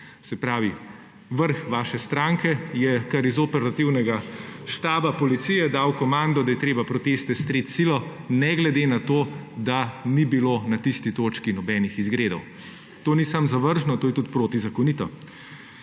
Se pravi, vrh vaše stranke je kar iz operativnega štaba policije dal komando, da je treba proteste streti s silo, ne glede na to, da ni bilo na tisti točki nobenih izgredov. To ni samo zavržno, to je tudi protizakonito.